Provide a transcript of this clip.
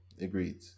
Agreed